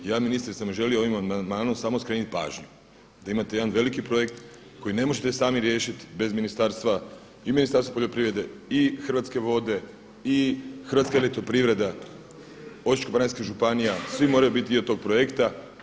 Ja sam želio ovim amandmanom samo skrenuti pažnju da imate jedan veliki projekt koji ne možete sami riješiti bez Ministarstva i Ministarstva poljoprivrede i Hrvatske vode, i Hrvatska elektroprivreda, Osječko-baranjska županija, svi moraju biti dio tog projekta.